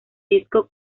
disco